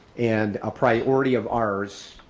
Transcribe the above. and a priority of ours,